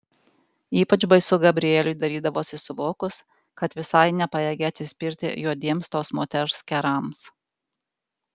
ypač baisu gabrieliui darydavosi suvokus kad visai nepajėgia atsispirti juodiems tos moters kerams